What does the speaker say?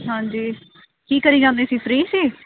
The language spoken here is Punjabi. ਹਾਂਜੀ ਕੀ ਕਰੀ ਜਾਂਦੇ ਸੀ ਫਰੀ ਸੀ